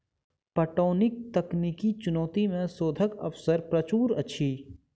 पटौनीक तकनीकी चुनौती मे शोधक अवसर प्रचुर अछि